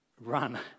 run